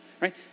right